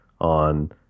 on